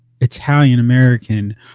Italian-American